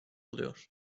oluyor